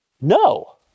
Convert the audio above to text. no